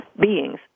beings